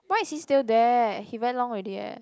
why is he still there he very long already eh